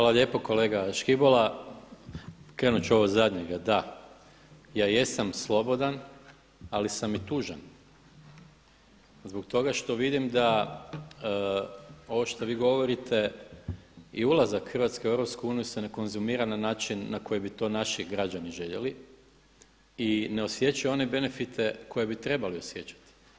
Hvala lijepo kolega Škibola, krenuti ću od ovoga zadnjega, da, ja jesam slobodan ali sam i tužan zbog toga što vidim da ovo što vi govorite i ulazak Hrvatske u EU se ne konzumira na način na koji bi to naši građani željeli i ne osjećaju one benefite koje bi trebali osjećati.